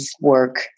work